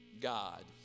God